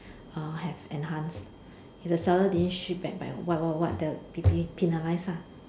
uh have enhanced if the seller didn't ship back by what what what the they be be penalised ah